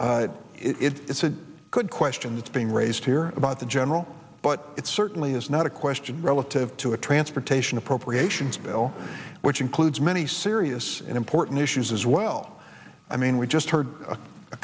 hearing it's a good question that's being raised here about the general but it certainly is not a question relative to a transportation appropriations bill which includes many serious and important issues as well i mean we just heard